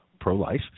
pro-life